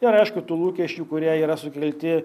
ir aišku tų lūkesčių kurie yra sukelti